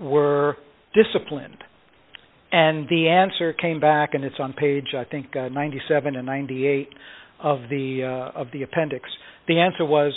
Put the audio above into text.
were disciplined and the answer came back and it's on page i think ninety seven and ninety eight of the of the appendix the answer was